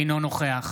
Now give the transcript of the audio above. אינו נוכח